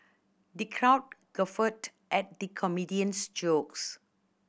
the crowd guffawed at the comedian's jokes